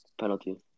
penalty